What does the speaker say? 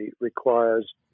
requires